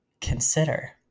consider